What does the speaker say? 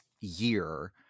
year